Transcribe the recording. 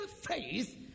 faith